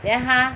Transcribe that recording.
then 她